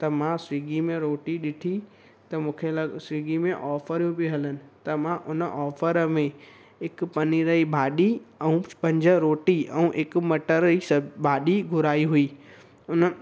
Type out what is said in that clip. त मां स्विगी में रोटी ॾिठी त मूंखे ल स्विगी में ऑफ़रूं पियूं हलनि त मां उन ऑफ़र में हिकु पनीर जी भाॼी ऐं पंज रोटी ऐं हिक मटर जी स भाॼी घुराई हुई उन